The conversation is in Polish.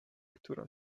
która